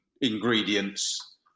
ingredients